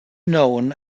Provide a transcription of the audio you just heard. known